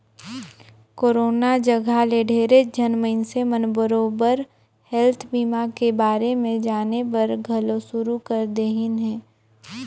corona जघा ले ढेरेच झन मइनसे मन बरोबर हेल्थ बीमा के बारे मे जानेबर घलो शुरू कर देहिन हें